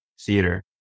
theater